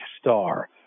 star